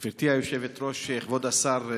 גברתי היושבת-ראש, כבוד השר,